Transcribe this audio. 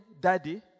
daddy